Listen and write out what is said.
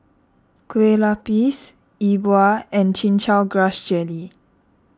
Kue Lupis Yi Bua and Chin Chow Grass Jelly